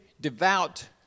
devout